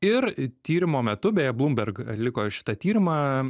ir tyrimo metu beje blumberg atliko šitą tyrimą